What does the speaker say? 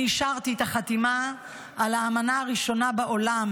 אני אישרתי את החתימה על האמנה הראשונה בעולם